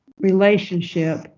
relationship